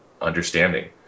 understanding